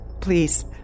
please